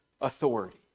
authority